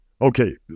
Okay